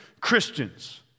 Christians